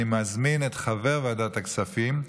ותיכנס לספר החוקים.